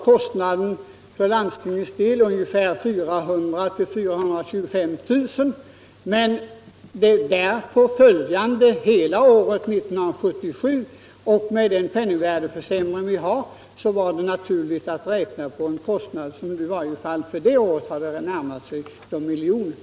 Kostnaderna för landstingets del skulle under året uppgå till 400 000 å 425 000 kr. Men för det där påföljande året, 1977, var det naturligt att med den penningvärdeförsämring som äger rum räkna med en kostnad som närmar sig miljonen.